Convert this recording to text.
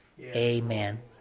Amen